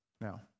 Now